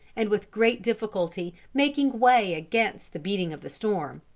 and with great difficulty making way against the beating of the storm.